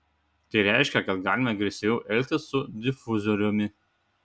tai reiškia kad galime agresyviau elgtis su difuzoriumi